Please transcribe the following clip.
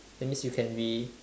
that means you can be